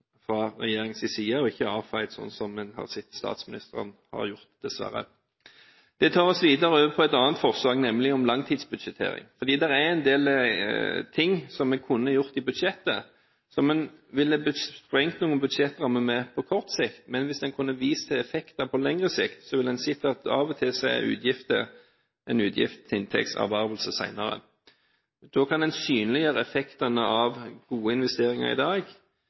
fra regjeringens side og ikke bli avfeid, slik en dessverre har sett at statsministeren har gjort. Det tar oss videre over på et annet forslag, nemlig om langtidsbudsjettering. Det er en del ting en kunne gjort i budsjettet, som ville sprengt noen budsjettrammer på kort sikt, men hvis en kunne vist til effekter på lengre sikt, ville en sett at av og til er utgifter en utgift til inntekts ervervelse senere. Da kan en synliggjøre effektene av gode investeringer i dag